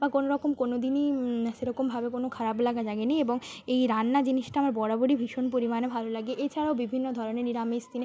বা কোনো রকম কোনো দিনই সেরকমভাবে কোনো খারাপ লাগা জাগেনি এবং এই রান্না জিনিসটা আমার বরাবরই ভীষণ পরিমাণে ভালো লাগে এছাড়াও বিভিন্ন ধরনের নিরামিষ দিনে